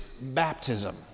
baptism